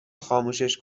خاموشش